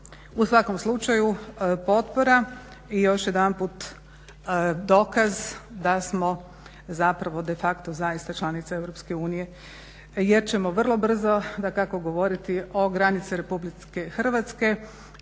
U svakom slučaju potpora i još jedanput dokaz da smo zapravo de facto zaista članica EU jer ćemo vrlo brzo dakako govoriti o granici Republike Hrvatske